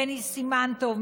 בני סימן טוב,